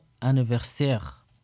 anniversaire